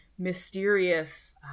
mysterious